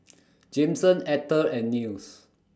Jameson Etter and Nils